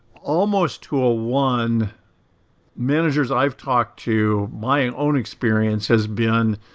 almost to a one managers i've talked to, my own experience has been,